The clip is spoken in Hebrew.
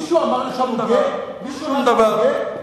שום דבר.